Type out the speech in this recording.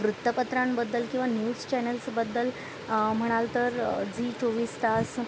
वृत्तपत्रांबद्दल किंवा न्यूज चॅनल्सबद्दल म्हणाल तर झी चोवीस तास